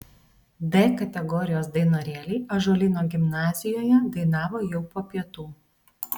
d kategorijos dainorėliai ąžuolyno gimnazijoje dainavo jau po pietų